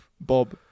Bob